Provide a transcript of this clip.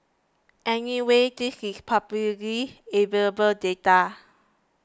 anyway this is publicly available data